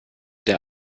der